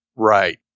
Right